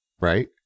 right